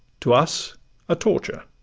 to us a torture.